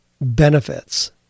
benefits